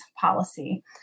policy